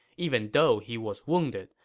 even though he was wounded,